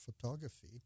photography